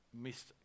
missed